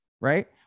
right